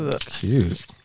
Cute